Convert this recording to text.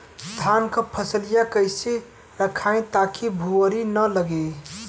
धान क फसलिया कईसे रखाई ताकि भुवरी न लगे?